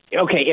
Okay